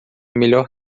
melhor